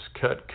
cut